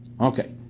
Okay